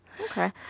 okay